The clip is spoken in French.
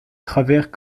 travers